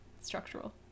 structural